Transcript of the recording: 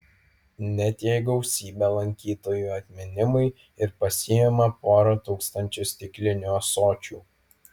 net jei gausybė lankytojų atminimui ir pasiima porą tūkstančių stiklinių ąsočių